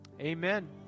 Amen